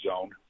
zone